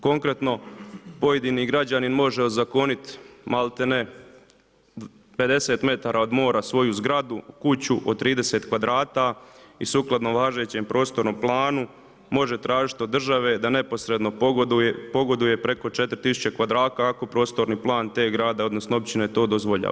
Konkretno, pojedini građanin, može zakloniti, maltene, 50 m od mora svoju zgradu, kuću od 30 kvadrata i sukladno važećem prostornom planu, može tražiti od države da neposredno pogoduje preko 4000 kvadrata, ako prostorni plan, te grada, odnosno, općine to dozvoljava.